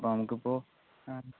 അപ്പോൾ നമുക്ക് ഇപ്പോൾ